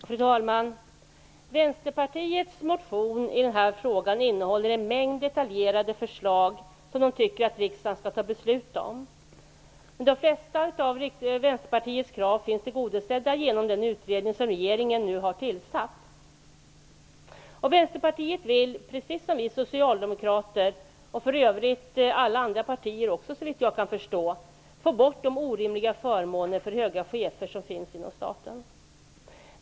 Fru talman! Vänsterpartiets motion i den här frågan innehåller en mängd detaljerade förslag, som de tycker att riksdagen skall fatta beslut om. Men de flesta av Vänsterpartiets krav tillgodoses genom den utredning som regeringen nu har tillsatt. Vänsterpartiet vill, precis som vi socialdemokrater och för övrigt alla andra partier såvitt jag förstår, få bort de orimliga förmåner som finns för höga chefer inom staten.